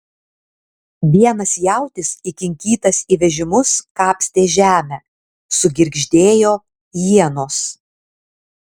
vienas jautis įkinkytas į vežimus kapstė žemę sugirgždėjo ienos